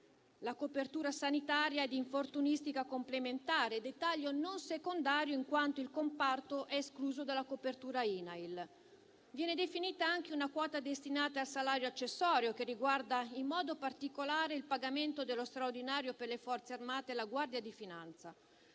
la copertura sanitaria ed infortunistica complementare; dettaglio non secondario in quanto il comparto è escluso dalla copertura INAIL. Viene definita anche una quota destinata al salario accessorio, che riguarda in modo particolare il pagamento dello straordinario per le Forze armate e la Guardia di finanza.